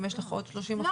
אם יש לך עוד 30 אחוזים.